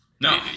no